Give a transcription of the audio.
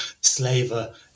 slaver